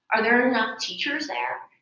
are there enough teachers there?